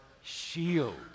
shield